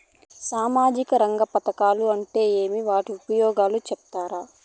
సామాజిక రంగ పథకాలు అంటే ఏమి? వాటి ఉపయోగాలు సెప్తారా?